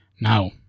Now